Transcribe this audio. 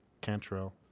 cantrell